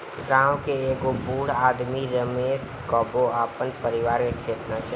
गांव के एगो बूढ़ आदमी रमेश के समझावत रहलन कि कबो आपन परिवार के खेत ना बेचे देबे के चाही